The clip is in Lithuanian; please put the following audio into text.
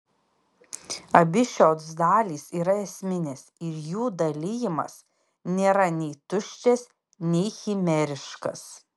abi šios dalys yra esminės ir jų dalijimas nėra nei tuščias nei chimeriškas